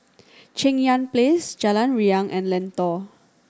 Cheng Yan Place Jalan Riang and Lentor